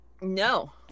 No